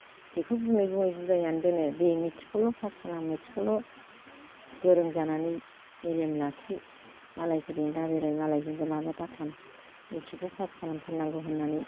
बेखौ बुङै बुङै बुजायनानै दोनो दे मेट्रिकखौल' फास खालाम मेट्रकखौल' गोरों जानानै मेलेम लाखि मालायफोरजों दा बेराय मालायजों जाला माला दाखालाम मेट्रिख खौ फास खालामथारनांगौ होननानै